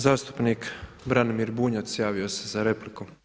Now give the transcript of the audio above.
Zastupnik Branimir Bunjac javio se za repliku.